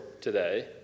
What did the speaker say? today